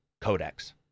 Codex